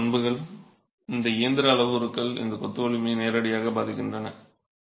இந்த பண்புகள் இந்த இயந்திர அளவுருக்கள் இந்த கொத்து வலிமையை நேரடியாக பாதிக்கின்றன